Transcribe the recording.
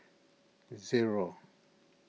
zero